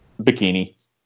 bikini